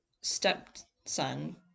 stepson